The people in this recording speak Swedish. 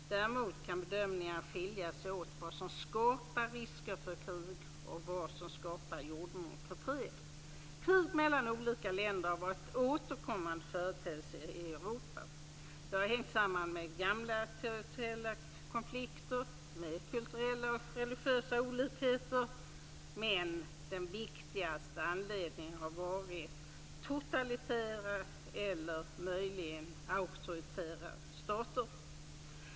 Däremot kan bedömningarna skilja sig åt om vad som skapar risker för krig och vad som skapar en jordmån för fred. Krig mellan olika länder har varit en återkommande företeelse i Europa. Det har hängt samman med gamla territoriella konflikter och med kulturella och religiösa olikheter, men den viktigaste anledningen har varit totalitära eller möjligen auktoritära stater.